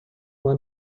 uma